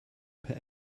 per